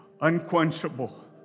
unquenchable